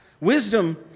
wisdom